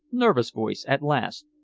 nervous voice at last.